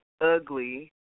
ugly